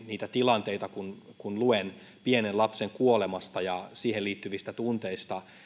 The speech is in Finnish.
niitä tilanteita kun kun luen pienen lapsen kuolemasta ja siihen liittyvistä tunteista